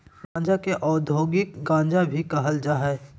गांजा के औद्योगिक गांजा भी कहल जा हइ